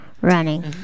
Running